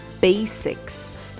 basics